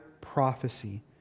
prophecy